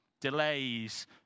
delays